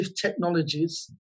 Technologies